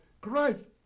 Christ